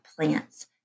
plants